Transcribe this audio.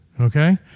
Okay